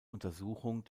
untersuchung